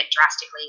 drastically